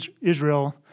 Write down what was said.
Israel